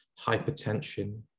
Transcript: hypertension